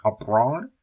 abroad